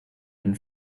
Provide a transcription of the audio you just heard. and